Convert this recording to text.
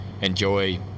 enjoy